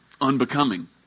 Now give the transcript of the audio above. unbecoming